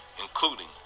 including